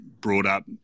brought-up